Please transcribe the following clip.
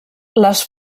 les